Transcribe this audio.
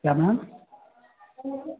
क्या मैम